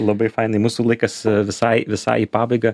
labai fainai mūsų laikas visai visai į pabaigą